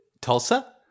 Tulsa